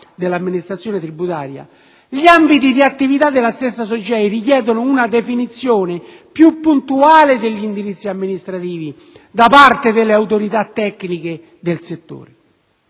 dell'amministrazione tributaria, gli ambiti di attività della stessa SOGEI richiedono una definizione più puntuale degli indirizzi amministrativi da parte delle autorità tecniche del settore.